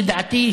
לדעתי,